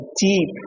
deep